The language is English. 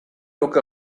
look